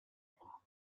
uncle